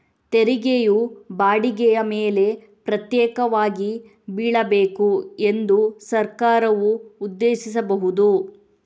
ತೆರಿಗೆಯು ಬಾಡಿಗೆಯ ಮೇಲೆ ಪ್ರತ್ಯೇಕವಾಗಿ ಬೀಳಬೇಕು ಎಂದು ಸರ್ಕಾರವು ಉದ್ದೇಶಿಸಬಹುದು